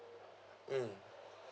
mm